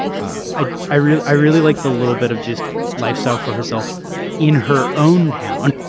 i i really i really like the little bit of just lifestyle for herself in her own house.